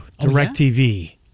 DirecTV